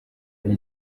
ari